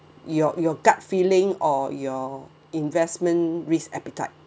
your your gut feeling or your investment risk appetite